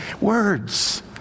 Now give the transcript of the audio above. Words